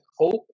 hope